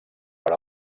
per